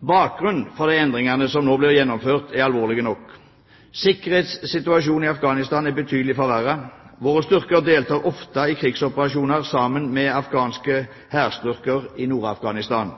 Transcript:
Bakgrunnen for de endringer som nå blir gjennomført, er alvorlig nok. Sikkerhetssituasjonen i Afghanistan er betydelig forverret. Våre styrker deltar ofte i krigsoperasjoner sammen med afghanske hærstyrker i Nord-Afghanistan.